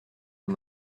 and